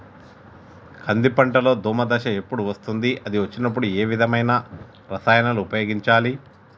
కంది పంటలో దోమ దశ ఎప్పుడు వస్తుంది అది వచ్చినప్పుడు ఏ విధమైన రసాయనాలు ఉపయోగించాలి?